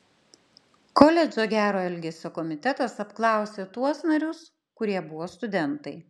koledžo gero elgesio komitetas apklausė tuos narius kurie buvo studentai